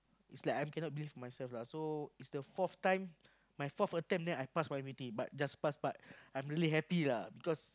it's like I'm cannot believe myself lah so it's the fourth time my fourth attempt then I pass my I_P_P_T but just pass pass I'm really happy lah because